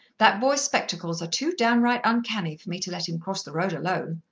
that boy's spectacles are too downright uncanny for me to let him cross the road alone.